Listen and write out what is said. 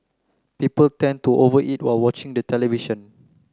people tend to over eat while watching the television